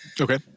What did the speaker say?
Okay